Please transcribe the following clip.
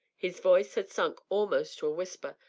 his voice had sunk almost to a whisper,